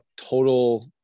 total